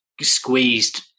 squeezed